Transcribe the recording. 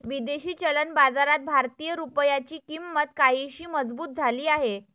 विदेशी चलन बाजारात भारतीय रुपयाची किंमत काहीशी मजबूत झाली आहे